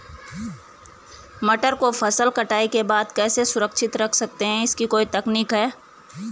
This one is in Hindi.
मटर को फसल कटाई के बाद कैसे सुरक्षित रख सकते हैं इसकी कोई तकनीक है?